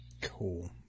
Cool